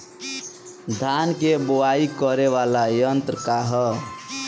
धान के बुवाई करे वाला यत्र का ह?